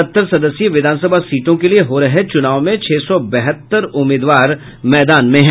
सत्तर सदस्यीय विधानसभा सीटों के लिये हो रहे चुनाव में छह सौ बहत्तर उम्मीदवार मैदान में हैं